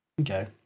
Okay